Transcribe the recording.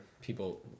people